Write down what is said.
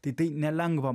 tai tai nelengva